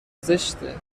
زشته